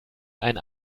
ein